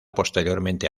posteriormente